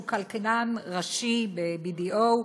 שהוא כלכלן ראשי ב-BDO,